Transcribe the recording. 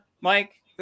Mike